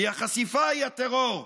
כי החשיפה היא הטרור.